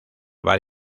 bar